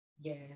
yes